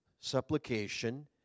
supplication